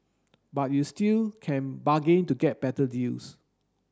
but you still can bargain to get better deals